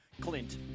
clint